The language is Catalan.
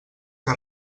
que